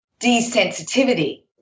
desensitivity